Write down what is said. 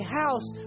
house